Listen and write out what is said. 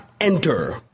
enter